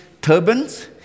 turbans